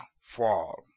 Fall